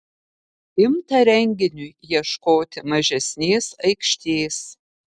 imta renginiui ieškoti mažesnės aikštės